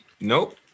Nope